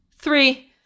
Three